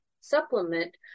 Supplement